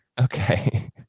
Okay